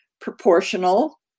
proportional